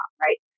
right